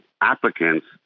applicants